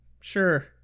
sure